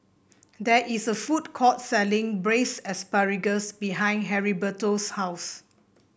there is a food court selling Braised Asparagus behind Heriberto's house